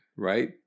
Right